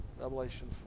Revelation